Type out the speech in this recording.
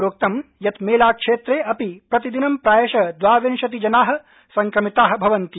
प्रोक्तं यत् मेलाक्षेत्रे अपि प्रतिदिनं प्रायश द्वाविंशति जना संक्रमिता भवन्ति